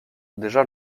déjà